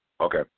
Okay